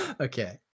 Okay